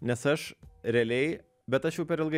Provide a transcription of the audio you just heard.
nes aš realiai bet aš jau per ilgai